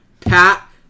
Pat